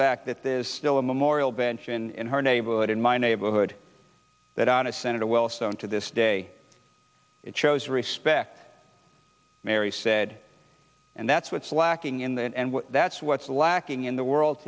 fact that there's still a memorial bench in her neighborhood in my neighborhood that ana senator wellstone to this day it shows respect mary said and that's what's lacking in that and that's what's lacking in the world